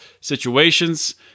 situations